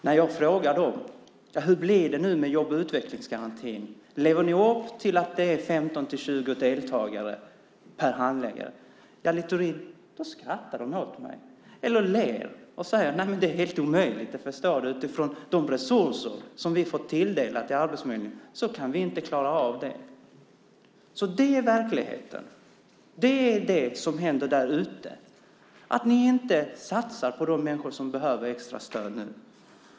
När jag frågar dem hur det nu blir med jobb och utvecklingsgarantin, om de lever upp till att det är 15-20 deltagare per handläggare skrattar de åt mig, Littorin, eller ler och säger att det är helt omöjligt, för utifrån de resurser som de har fått tilldelade arbetsförmedlingen kan de inte klara av det. Det är verkligheten. Det är det som händer där ute, att ni inte satsar på de människor som behöver extra stöd nu.